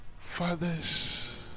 fathers